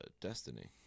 Destiny